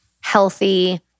healthy